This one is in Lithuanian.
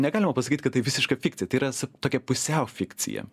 negalima pasakyt kad tai visiška fikcija tai yra s tokia pusiau fikcija